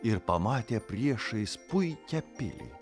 ir pamatė priešais puikią pilį